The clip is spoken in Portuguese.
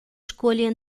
escolha